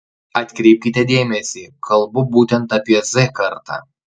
atkreipkite dėmesį kalbu būtent apie z kartą